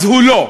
אז הוא לא.